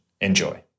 Enjoy